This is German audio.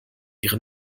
ihre